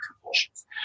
compulsions